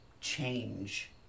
change